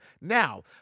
Now